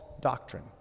doctrine